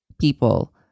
people